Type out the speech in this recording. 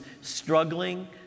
struggling